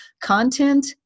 Content